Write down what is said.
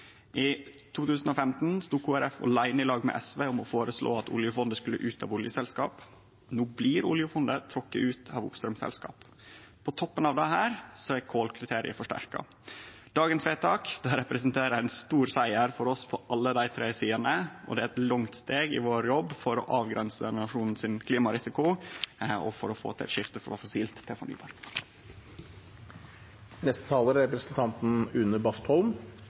I 2015 stod Kristeleg Folkeparti aleine i lag med SV om å føreslå at oljefondet skulle ut av oljeselskap, og no blir oljefondet trekt ut av oppstraumsselskap. På toppen av dette er kolkriteriet forsterka. Dagens vedtak representerer ein stor siger for oss på alle dei tre sidene, og det er eit langt steg i jobben vår for å avgrense klimarisikoen for nasjonen og for å få til eit skifte frå fossilt til